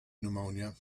pneumonia